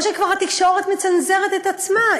או שכבר התקשורת מצנזרת את עצמה.